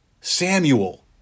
Samuel